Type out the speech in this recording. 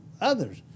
others